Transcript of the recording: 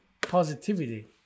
positivity